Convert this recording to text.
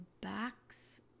backs